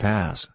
Pass